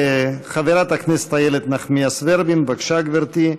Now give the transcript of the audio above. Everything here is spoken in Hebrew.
חברת הכנסת איילת נחמיאס ורבין, בבקשה, גברתי.